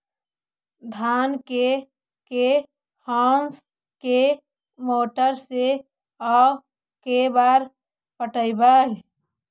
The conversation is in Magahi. धान के के होंस के मोटर से औ के बार पटइबै?